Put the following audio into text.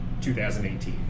2018